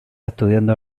estudiando